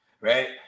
right